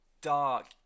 dark